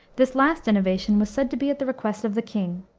this last innovation was said to be at the request of the king,